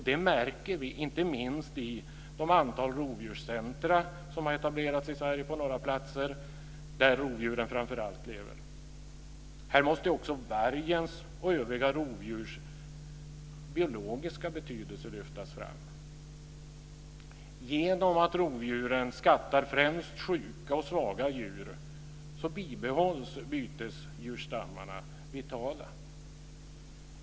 Det märker vi inte minst på det antal rovdjurscentrum som har etablerats i Sverige på några platser där rovdjuren framför allt lever. Här måste också vargens och övriga rovdjurs biologiska betydelse lyftas fram. Genom att rovdjuren skattar främst sjuka och svaga djur bibehålls bytesdjursstammarna vitala.